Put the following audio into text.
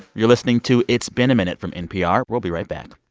you're listening to it's been a minute from npr. we'll be right back